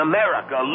America